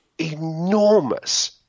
enormous